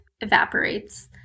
evaporates